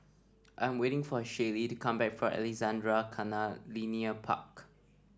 I'm waiting for a Shaylee to come back from Alexandra Canal Linear Park